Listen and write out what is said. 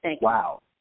Wow